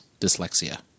dyslexia